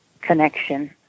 connection